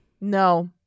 No